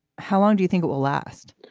how long do you think it will last?